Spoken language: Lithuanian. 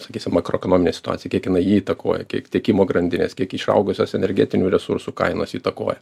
sakysim makroekonominė situacija kiek jinai jį įtakoja kiek tiekimo grandinės kiek išaugusios energetinių resursų kainos įtakoja